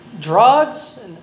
drugs